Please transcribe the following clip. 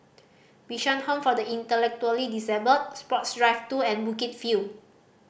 Bishan Home for the Intellectually Disabled Sports Drive Two and Bukit View